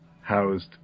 housed